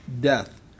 death